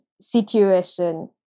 situation